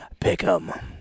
Pick'em